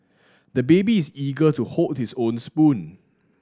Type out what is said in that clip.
the baby is eager to hold his own spoon